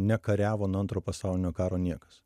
nekariavo nuo antro pasaulinio karo niekas